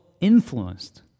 influenced